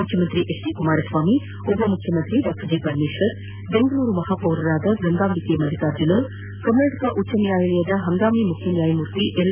ಮುಖ್ಯಮಂತ್ರಿ H D Kumaraswamy ಉಪ ಮುಖ್ಯಮಂತ್ರಿ ಡಾ ಜಿ ಪರಮೇಶ್ವರ್ ಬೆಂಗಳೂರು ಮಹಾಪೌರರಾದ ಗಂಗಾಂಬಿಕೆ ಮಲ್ಲಿಕಾರ್ಜುನ ಕರ್ನಾಟಕ ಉಚ್ಚ ನ್ಯಾಯಾಲಯದ ಹಂಗಾಮಿ ಮುಖ್ಯ ನ್ಕಾಯಮೂರ್ತಿ ಎಲ್